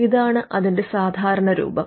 ഇതാണ് അതിന്റെ സാധാരണ രൂപം